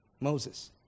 Moses